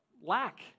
lack